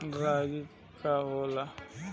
रागी का होला?